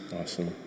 Awesome